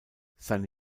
seine